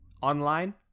online